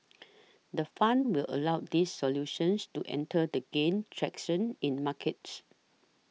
the fund will allow these solutions to enter the gain traction in markets